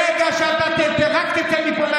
ברגע שאתה רק תצא מפה,